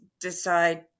decide